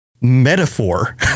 metaphor